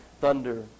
thunder